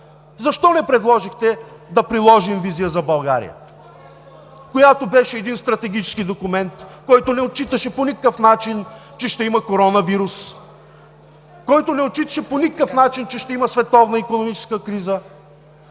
Защо не предложихте да приложим „Визия за България“, която беше един стратегически документ, който не отчиташе по никакъв начин, че ще има коронавирус, който не отчиташе по никакъв начин, че ще има световна икономическа криза?